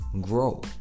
grow